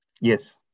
Yes